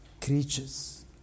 creatures